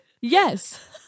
Yes